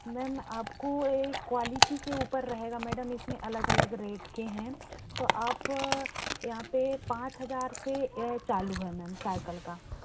ma'am आपको एक quality के ऊपर रहेगा मैडम इस में अलग अलग रेट के हैं तो आप यहाँ पर पाँच हज़ार से चालू हुआ है मैम साईकल का